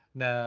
na